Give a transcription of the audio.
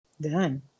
done